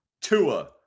Tua